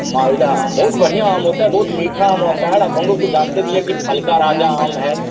मालदा आम बहुत बढ़िया होता है बहुत मीठा आम होता है अब हम लोग तो जानते भी हैं कि फल का राजा आम है